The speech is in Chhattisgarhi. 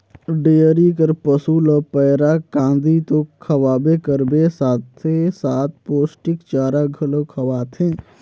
डेयरी कर पसू ल पैरा, कांदी तो खवाबे करबे साथे साथ पोस्टिक चारा घलो खवाथे